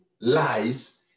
lies